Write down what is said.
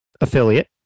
affiliate